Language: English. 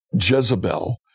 Jezebel